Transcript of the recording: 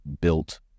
built